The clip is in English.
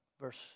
verse